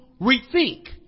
rethink